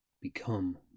become